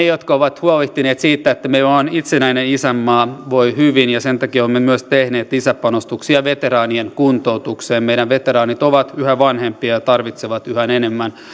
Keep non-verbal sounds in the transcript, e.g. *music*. *unintelligible* jotka ovat huolehtineet siitä että meillä on itsenäinen isänmaa voivat hyvin ja sen takia olemme myös tehneet lisäpanostuksia veteraanien kuntoutukseen meidän veteraanimme ovat yhä vanhempia ja tarvitsevat yhä enemmän